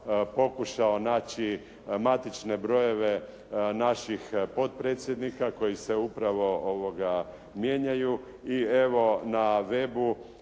pokušao naći matične brojeve naših potpredsjednika koji se upravo mijenjaju i evo na webu